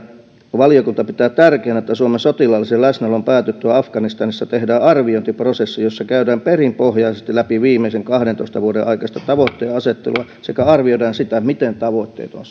valiokunta pitää tärkeänä että suomen sotilaallisen läsnäolon päätyttyä afganistanissa tehdään arviointiprosessi jossa käydään perinpohjaisesti läpi viimeisen kahdentoista vuoden aikaista tavoitteenasettelua sekä arvioidaan sitä miten tavoitteet on